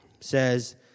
says